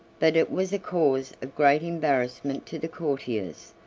but it was a cause of great embarrassment to the courtiers,